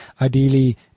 ideally